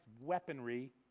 weaponry